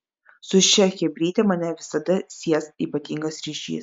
su šia chebryte mane visada sies ypatingas ryšys